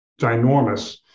ginormous